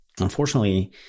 unfortunately